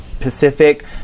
Pacific